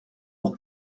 pour